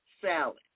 salad